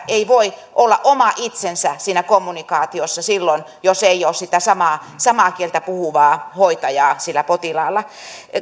ei voi olla oma itsensä siinä kommunikaatiossa silloin jos ei ole sitä samaa samaa kieltä puhuvaa hoitajaa sillä potilaalla